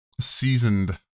seasoned